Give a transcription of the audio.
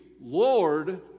Lord